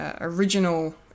original